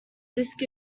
disk